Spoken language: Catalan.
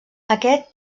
aquest